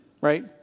right